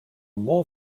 more